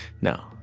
No